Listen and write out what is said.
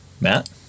Matt